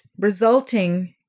resulting